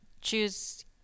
choose